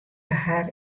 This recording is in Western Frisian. har